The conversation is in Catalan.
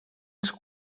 els